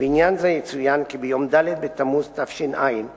שר המשפטים ביום ו' בסיוון התש"ע (19 במאי 2010):